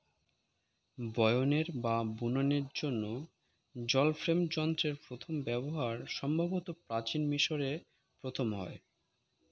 বয়নের বা বুননের জন্য জল ফ্রেম যন্ত্রের প্রথম ব্যবহার সম্ভবত প্রাচীন মিশরে প্রথম হয়